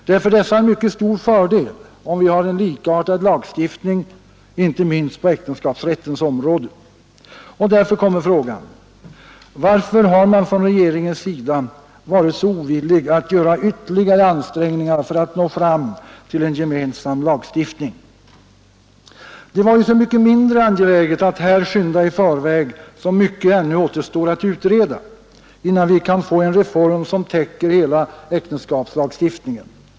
Det är för dessa en mycket stor fördel, om vi har en likartad lagstiftning inte minst på äktenskapsrättens område. Därför ställer jag frågan: Varför har regeringen varit så ovillig att göra ytterligare ansträngningar för att nå fram till en gemensam lagstiftning? Det var så mycket mindre angeläget att här skynda i förväg, eftersom mycket ännu återstår att utreda, innan vi kan få en reform som täcker hela äktenskapslagstiftningen.